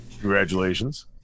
Congratulations